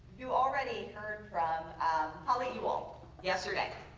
you already heard from holly ewald yesterday.